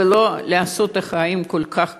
ולא לעשות את החיים כל כך קשים.